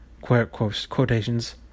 Quotations